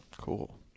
Cool